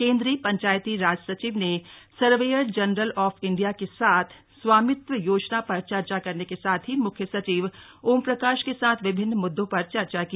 केन्द्रीय पंचायती राज संचिव ने सर्वेयर जनरल ऑफ इण्डिया के साथ स्वामित्व योजना पर चर्चा करने के साथ ही म्ख्य सचिव ओम प्रकाश के साथ विभिन्न मुद्दों पर चर्चा की